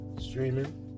streaming